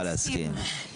היא צריכה להסכים.